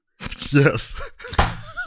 Yes